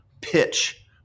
pitch